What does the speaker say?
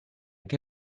che